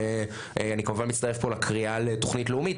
ואני כמובן מצטרף פה לקריאה לתוכנית לאומית,